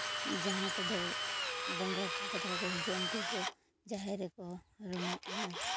ᱡᱟᱦᱟᱸ ᱠᱚᱫᱚ ᱵᱚᱸᱜᱟ ᱠᱚᱫᱚ ᱠᱚ ᱦᱤᱡᱩᱜᱼᱟ ᱩᱱᱠᱩ ᱠᱚ ᱡᱟᱦᱮᱨ ᱨᱮᱠᱚ ᱨᱩᱢᱩᱜᱼᱟ